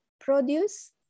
produce